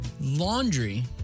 Laundry